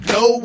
no